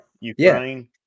Ukraine